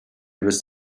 was